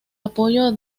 apoyo